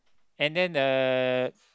and then uh